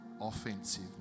offensive